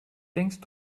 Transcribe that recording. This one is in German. denkst